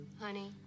Honey